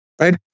right